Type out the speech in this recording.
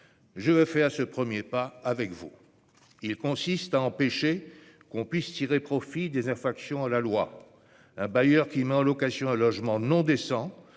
je veux faire ce premier pas avec vous. Il consiste à empêcher que l'on puisse tirer profit des infractions à la loi. Un bailleur qui met en location un logement non décent